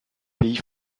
pays